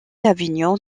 avignon